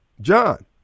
John